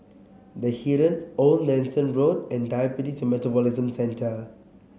The Heeren Old Nelson Road and Diabetes and Metabolism Centre